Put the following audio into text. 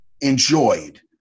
enjoyed